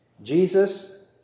Jesus